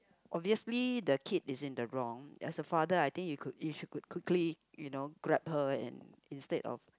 obviously the kid is in the wrong as a father I think you could you should could quickly you know grab her and instead of